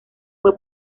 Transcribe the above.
fue